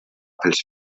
pels